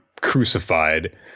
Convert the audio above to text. crucified